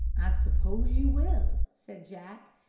i suppose you will, said jack,